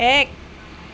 এক